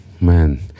Man